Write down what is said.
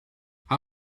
how